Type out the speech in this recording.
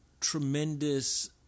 tremendous